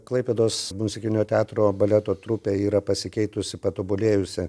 klaipėdos muzikinio teatro baleto trupė yra pasikeitusi patobulėjusi